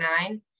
nine